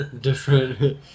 different